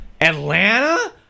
Atlanta